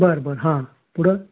बरं बरं हां पुडे